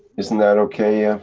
isn't that okay. ah